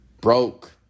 Broke